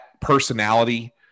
personality